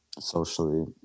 socially